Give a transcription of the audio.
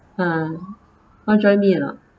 ha want to drive me or not